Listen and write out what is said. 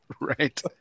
Right